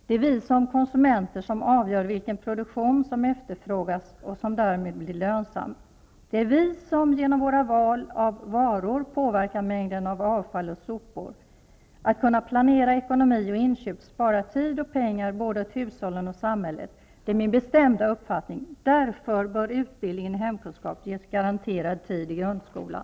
Det är vi som konsumenter som avgör vilken produktion som efterfrågas och som därmed blir lönsam. Det är vi som genom våra val av varor påverkar mängden av avfall och sopor. Att kunna planera ekonomi och inköp sparar tid och pengar både åt hushållen och samhället. Det är min bestämnda uppfattning. Därför bör utbildningen i hemkunskap ges garanterad tid i grundskolan.